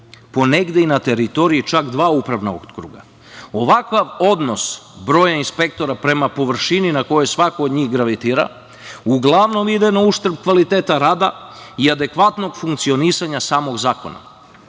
ponegde i na teritoriji čak dva upravna okruga. Ovakav odnos broja inspektora prema površini na kojoj svako od njih gravitira uglavnom ide na uštrb kvaliteta rada i adekvatnog funkcionisanja samog zakona.